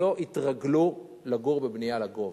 לא התרגל לגור בבנייה לגובה.